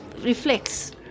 reflects